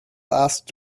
asked